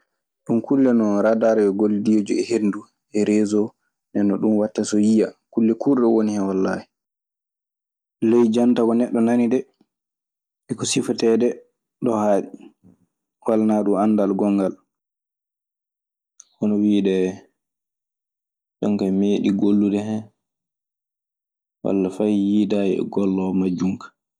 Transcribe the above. Ɗum kulle non radar yo gollidoojum e henndu e reeso ndenno ɗum watta so yiya. Kulle kurɗe woni hen wallay. Ley janta ko neɗɗo nani dee e ko sifetee de, ɗo haaɗi. Walanaa ɗun anndal gonngal.